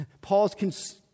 Paul's